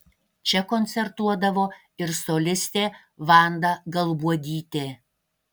čia koncertuodavo ir solistė vanda galbuogytė